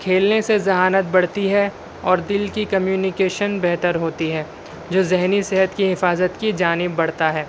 کھیلنے سے ذہانت بڑھتی ہے اور دل کی کمیونیکیشن بہتر ہوتی ہے جو ذہنی صحت کی حفاظت کی جانب بڑھتا ہے